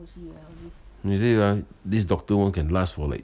he say ah this doctor one can last for like